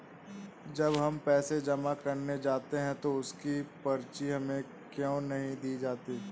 जब हम पैसे जमा करने जाते हैं तो उसकी पर्ची हमें क्यो नहीं दी जाती है?